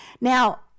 now